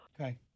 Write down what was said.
Okay